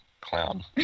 clown